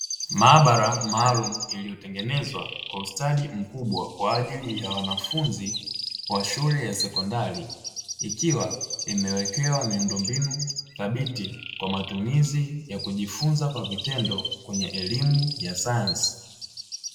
Maabara maalumu iliyotengenezwa kwa ustadi mkubwa kwa ajili ya wanafunzi wa shule ya sekondari, ikiwa imewekewa miundombinu thabiti kwa matumizi ya kujifunza kwa vitendo kwenye elimu ya sayansi.